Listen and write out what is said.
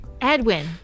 Edwin